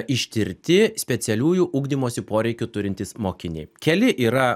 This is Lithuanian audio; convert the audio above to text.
ištirti specialiųjų ugdymosi poreikių turintys mokiniai keli yra